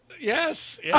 yes